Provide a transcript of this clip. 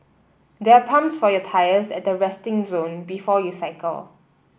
there are pumps for your tyres at the resting zone before you cycle